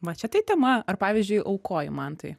va čia tai tema ar pavyzdžiui aukoji mantai